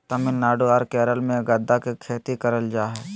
तमिलनाडु आर केरल मे गदा के खेती करल जा हय